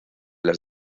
las